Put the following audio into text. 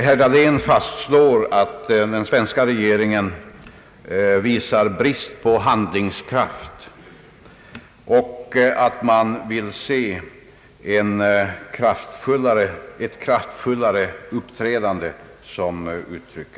Herr Dahlén fastslår att den svenska regeringen visar brist på handlingskraft och att man vill se ett kraftfullare uppträdande, som orden föll.